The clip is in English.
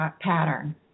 pattern